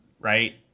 right